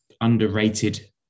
underrated